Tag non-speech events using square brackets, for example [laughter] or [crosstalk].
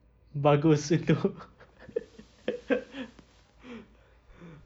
bagus untuk [laughs]